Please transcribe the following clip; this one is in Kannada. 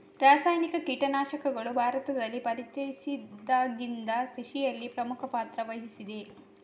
ರಾಸಾಯನಿಕ ಕೀಟನಾಶಕಗಳು ಭಾರತದಲ್ಲಿ ಪರಿಚಯಿಸಿದಾಗಿಂದ ಕೃಷಿಯಲ್ಲಿ ಪ್ರಮುಖ ಪಾತ್ರ ವಹಿಸಿದೆ